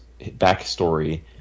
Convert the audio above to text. backstory